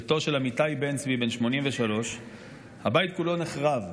ביתו של אמיתי בן צבי בן 83. הבית כולו נחרב,